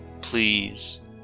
please